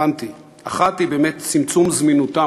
הבנתי: אחת היא באמת צמצום זמינותם,